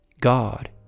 God